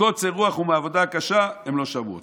מקוצר רוח ומעבודה קשה הם לא שמעו אותו.